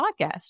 podcast